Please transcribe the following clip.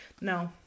No